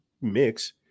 mix